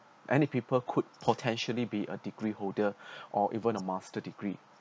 and if people could potentially be a degree holder or even a master degree